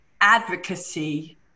advocacy